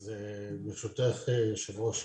אז ברשותך יושבת הראש,